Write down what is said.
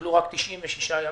קיבלו רק 96 ימים.